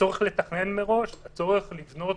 הצורך לתכנן מראש, הצורך לבנות